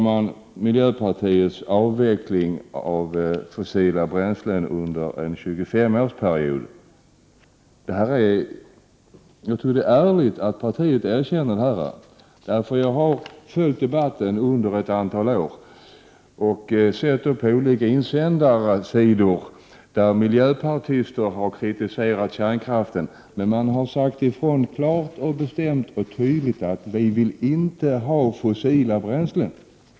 Beträffande miljöpartiets tal om avveckling av fossila bränslen under en 25-årsperiod tycker jag det var ärligt att partiet gör ett erkännande, för jag har följt debatten under ett antal år och sett på olika insändarsidor, där miljöpartister har kritiserat kärnkraften men sagt ifrån klart och bestämt att man inte vill ha fossila bränslen.